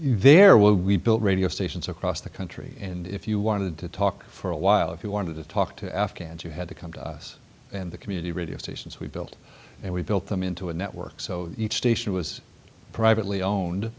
there will be built radio stations across the country in if you wanted to talk for a while if you wanted to talk to afghans you had to come to us and the community radio stations we built and we built them into a network so each station was privately own